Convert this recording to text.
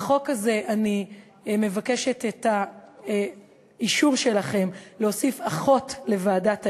בחוק הזה אני מבקשת את האישור שלכם להוסיף אחות לוועדת אתיקה.